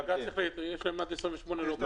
על פי פסיקת בג"ץ יש להם עד 28 באוקטובר.